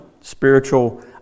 spiritual